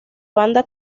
banda